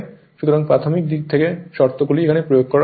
সুতরাং প্রাথমিক দিকের শর্ত গুলি এখানে দেওয়া হয়েছে